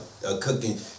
cooking